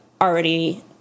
already